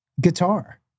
guitar